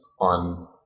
on